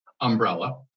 umbrella